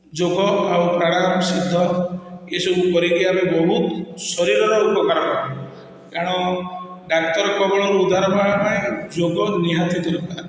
ଯୋଗ ଆଉ ପ୍ରାଣାୟାମ ସିଦ୍ଧ ଏସବୁ କରି କି ଆମେ ବହୁତ ଶରୀରର ଉପକାର ପାଉ କାରଣ ଡ଼ାକ୍ତର କବଳରୁ ଉଦ୍ଧାର ପାଇବା ପାଇଁ ଯୋଗ ନିହାତି ଦରକାର